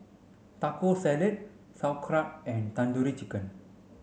Taco Salad Sauerkraut and Tandoori Chicken